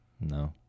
No